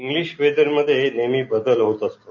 English वेदर्मध्ये नेहमी बदल होत असतो